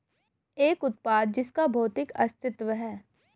एक उत्पाद जिसका भौतिक अस्तित्व है?